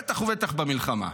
בטח ובטח במלחמה.